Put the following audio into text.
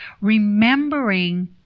Remembering